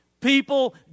people